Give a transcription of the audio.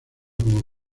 como